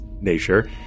nature